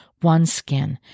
OneSkin